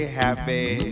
happy